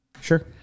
Sure